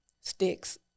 Sticks